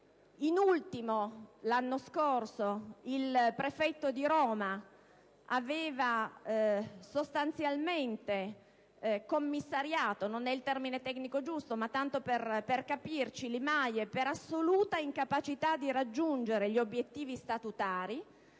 In ultimo, l'anno scorso il prefetto di Roma aveva sostanzialmente commissariato (non è il termine tecnico giusto, ma lo uso tanto per capirci) l'IMAIE per assoluta incapacità di raggiungere gli obiettivi statutari,